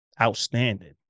outstanding